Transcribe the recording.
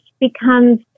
becomes